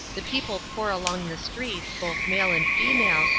the people pour along the streets, both male and female,